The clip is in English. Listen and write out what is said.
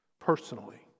personally